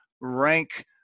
rank